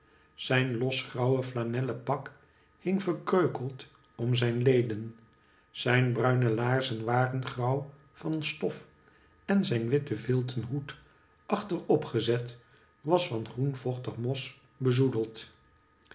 zijn los grauw flanellen pak hing verkreukeld om zijn leden zijn bruine laarzen waren grauw van stof en zijn witte vilten hoed achter op gezet was van groen vochtig mos bezoedeld